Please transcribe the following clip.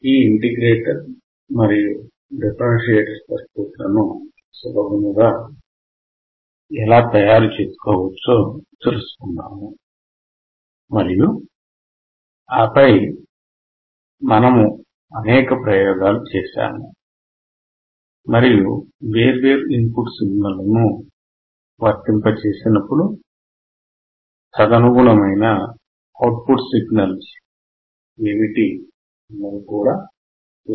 ఈ ఇంటిగ్రేటర్ మరియు డిఫరెన్సియేటర్ సర్క్యూట్లను సులభముగా ఎలా తయారుచేయవచ్చో తెలుసుకుందాము మరియు ఆపై మనము అనేక ప్రయోగాలు చేసాము మరియు వేర్వేరు ఇన్ పుట్ సిగ్నల్లను వర్తింపజేసినప్పుడు తదనుగుణమైన అవుట్ పుట్ సిగ్నల్స్ ఏమిటి అన్నవి కూడా చూశాము